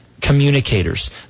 communicators